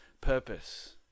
purpose